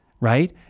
right